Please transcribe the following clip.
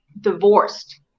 divorced